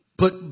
Put